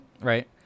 right